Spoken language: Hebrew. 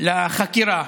אותו לחקירה.